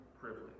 privilege